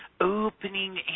opening